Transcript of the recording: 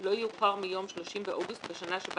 לא יאוחר מיום 30 באוגוסט בשנה שבה